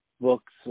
books